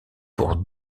pour